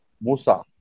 Musa